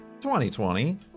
2020